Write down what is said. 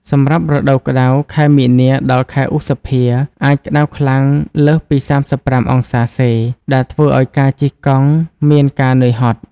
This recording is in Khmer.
សម្រាប់រដូវក្តៅ (ខែមីនា ដល់ ខែឧសភា) អាចក្តៅខ្លាំង (លើសពី ៣៥ អង្សាសេ) ដែលធ្វើឱ្យការជិះកង់មានការនឿយហត់។